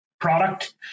product